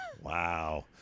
Wow